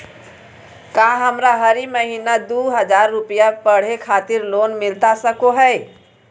का हमरा हरी महीना दू हज़ार रुपया पढ़े खातिर लोन मिलता सको है?